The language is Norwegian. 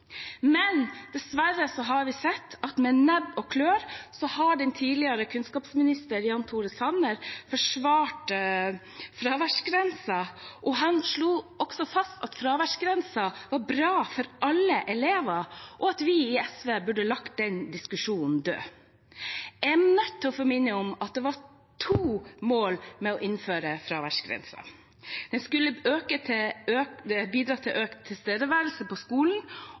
har vi sett at den tidligere kunnskapsministeren, Jan Tore Sanner, med nebb og klør har forsvart fraværsgrensen. Han slo fast at fraværsgrensen var bra for alle elever, og at vi i SV burde legge den diskusjonen død. Jeg er nødt til å minne om at det var to mål med å innføre fraværsgrensen. Den skulle bidra til økt tilstedeværelse på skolen,